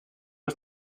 ist